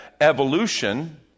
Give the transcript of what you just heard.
evolution